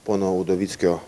pono udovickio